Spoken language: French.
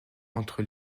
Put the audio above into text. entre